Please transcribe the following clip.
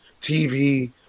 TV